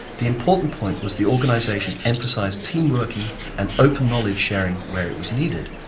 the important point was the organization emphasized team-working and open knowledge sharing where it was needed,